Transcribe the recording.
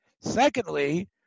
Secondly